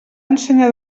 ensenyar